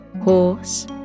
horse